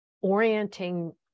orienting